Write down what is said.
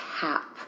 cap